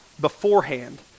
beforehand